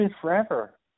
forever